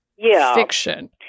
fiction